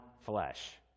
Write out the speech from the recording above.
flesh